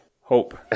hope